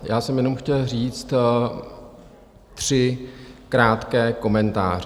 Já jsem jenom chtěl říct tři krátké komentáře.